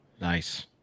Nice